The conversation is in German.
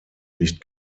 nicht